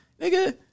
Nigga